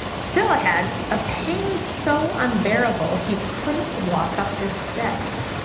still ahead, a pain so unbearable he couldn't walk up the steps.